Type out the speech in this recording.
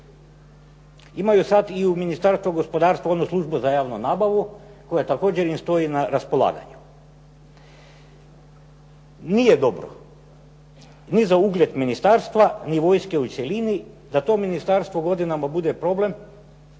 Imaju sad i u Ministarstvu gospodarstva onu Službu za javnu nabavu koja također im stoji na raspolaganju. Nije dobro ni za ugled ministarstva ni vojske u cjelini da to ministarstvo godinama bude problem.